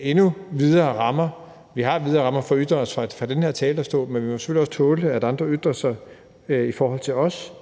endnu videre rammer – vi har vide rammer for at ytre os fra den her talerstol, men vi må selvfølgelig også tåle, at andre ytrer sig i forhold til os